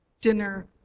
dinner